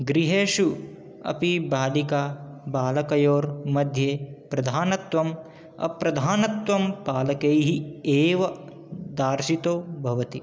गृहेषु अपि बालिकाबालकयोर्मध्ये प्रधानत्वम् अप्रधानत्वं पालकैः एव दर्शितो भवति